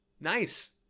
nice